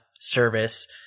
service